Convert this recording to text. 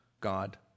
God